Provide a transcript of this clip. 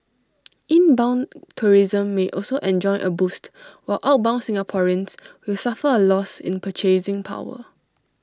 inbound tourism may also enjoy A boost while outbound Singaporeans will suffer A loss in purchasing power